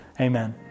amen